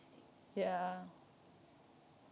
interesting